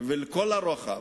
ולכל הרוחב.